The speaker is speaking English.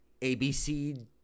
ABC